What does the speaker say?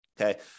okay